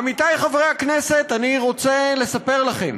עמיתי חברי הכנסת, אני רוצה לספר לכם